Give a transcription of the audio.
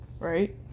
Right